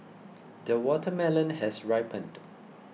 the watermelon has ripened